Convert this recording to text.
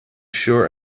sure